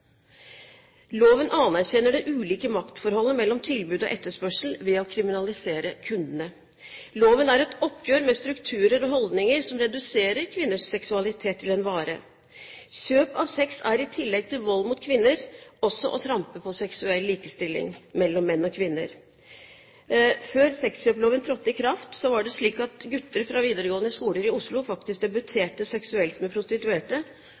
Loven anerkjenner det ulike maktforholdet mellom tilbud og etterspørsel ved å kriminalisere kundene. Loven er et oppgjør med strukturer og holdninger som reduserer kvinners seksualitet til en vare. Kjøp av sex er i tillegg til vold mot kvinner også å trampe på seksuell likestilling mellom menn og kvinner. Før sexkjøpsloven trådte i kraft, var det slik at gutter fra videregående skoler i Oslo faktisk debuterte seksuelt med prostituerte,